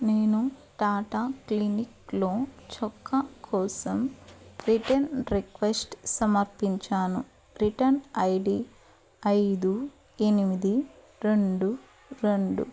నేను టాటా క్లినిక్లో చొక్కా కోసం రిటర్న్ రిక్వెస్ట్ సమర్పించాను రిటర్న్ ఐడి ఐదు ఎనిమిది రెండు రెండు